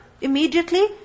immediately